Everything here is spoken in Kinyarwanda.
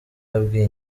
yabwiye